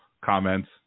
comments